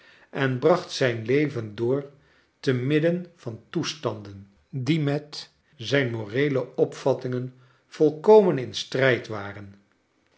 en bracht zijn leven door te midden van toestanden die met zijn moreele opvattingen volkomen in strijd waren